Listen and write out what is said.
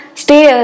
stay